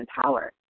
power